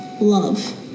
love